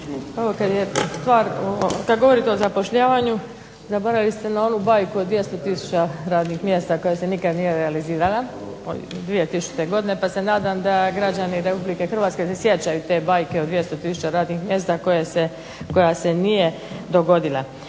kad govorite o zapošljavanju zaboravili ste na onu bajku od 200 tisuća radnih mjesta koja se nikad nije realizirala iz 2000-te godine pa se nadam da građani RH se sjećaju te bajke o 200 tisuća radnih mjesta koja se nije dogodila.